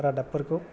रादाबफोरखौ